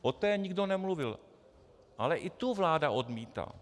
O té nikdo nemluvil, ale i tu vláda odmítá.